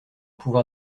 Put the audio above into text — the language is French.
pouvoir